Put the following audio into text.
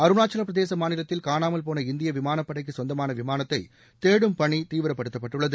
அருணாச்சல பிரதேச மாநிலத்தில் காணாமல் போன இந்திய விமான படைக்கு சொந்தமான விமானத்தை தேடும் பணி தீவிரப்படுத்தப்பட்டுள்ளது